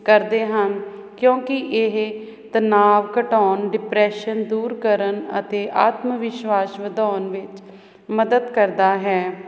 ਕਰਦੇ ਹਨ ਕਿਉਂਕਿ ਇਹ ਤਣਾਅ ਘਟਾਉਣ ਡਿਪਰੈਸ਼ਨ ਦੂਰ ਕਰਨ ਅਤੇ ਆਤਮ ਵਿਸ਼ਵਾਸ ਵਧਾਉਣ ਵਿੱਚ ਮਦਦ ਕਰਦਾ ਹੈ